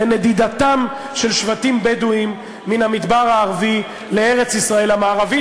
לנדידתם של שבטים בדואיים מן המדבר הערבי לארץ-ישראל המערבית.